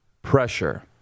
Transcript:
pressure